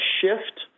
shift